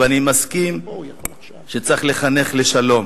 ואני מסכים שצריך לחנך לשלום.